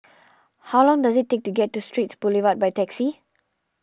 how long does it take to get to Straits Boulevard by taxi